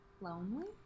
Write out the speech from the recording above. Lonely